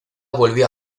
volvió